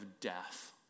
death